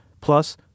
Plus